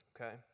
okay